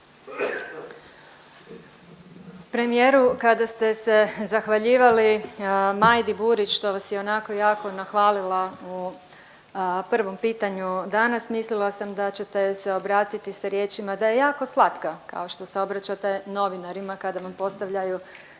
Premijeru, kada ste se zahvaljivali Majdi Burić što vas je onako jako nahvalila u prvom pitanju danas, mislila sam da ćete se obratiti sa riječima da je jako slatka, kao što se obraćate novinarima kada vam postavljaju